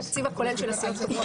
מוותרת.